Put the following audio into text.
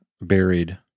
buried